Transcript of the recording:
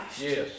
Yes